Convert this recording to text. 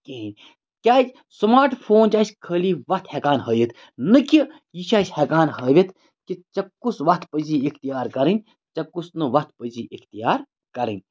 کِہیٖنۍ کیازِ smart phone چھُ اَسہِ خٲلی وَتھ ہیٚکان ہٲیِتھ نہٕ کہِ یہِ چھِ اَسہِ ہیٚکان ہٲوِتھ کہِ ژےٚ کُس وَتھ پَزی اِختیار کَرٕنۍ ژےٚ کُس نہٕ وَتھ پَزی اِختیار کَرٕنۍ